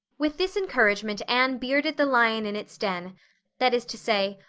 with this encouragement anne bearded the lion in its den that is to say,